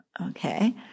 Okay